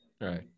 Right